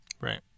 right